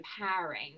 empowering